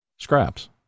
Scraps